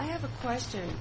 i have a question